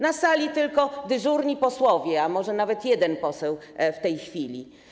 Na sali tylko dyżurni posłowie, a może nawet jeden poseł w tej chwili.